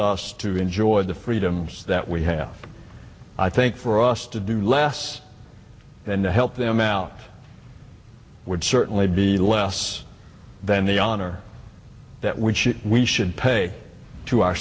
us to enjoy the freedoms that we i think for us to do less and to help them out would certainly be less than the honor that which we should pay to our